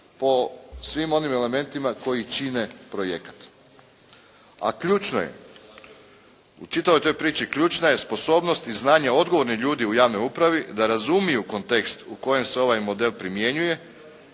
po svim onim elementima koji čine projekat. A ključno je u čitavoj toj priči ključna je sposobnost i znanje odgovornih ljudi u javnoj upravi da razumiju kontekst u kojem se ovaj model primjenjuje,